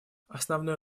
основное